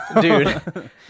Dude